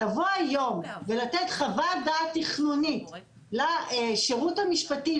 לבוא היום ולתת חוות דעת תכנונית לשירות המשפטי,